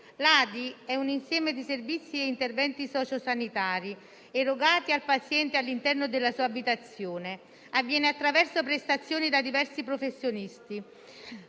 (ADI) è un insieme di servizi e interventi socio-sanitari erogati al paziente all'interno della sua abitazione. Avviene attraverso prestazioni da parte di diversi professionisti,